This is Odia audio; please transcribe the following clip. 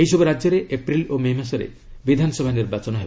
ଏହିସବୁ ରାଜ୍ୟରେ ଏପ୍ରିଲ ଓ ମେ' ମାସରେ ବିଧାନସଭା ନିର୍ବାଚନ ହେବ